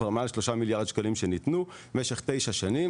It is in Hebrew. כבר מעל 3 מיליארד שנים ניתנו במשך תשע שנים.